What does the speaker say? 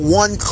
one